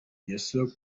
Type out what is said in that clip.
youssou